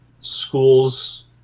schools